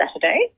Saturday